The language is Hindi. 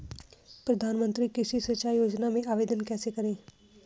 प्रधानमंत्री कृषि सिंचाई योजना में आवेदन कैसे करें?